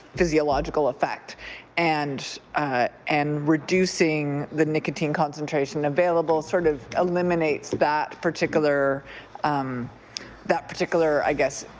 physiological effect and and reducing the nicotine concentration available, sort of, eliminates that particular um that particular i guess